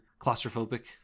claustrophobic